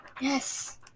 Yes